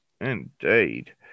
Indeed